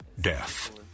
Death